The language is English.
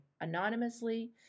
anonymously